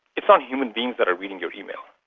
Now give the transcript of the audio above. it's not human beings that are reading your email,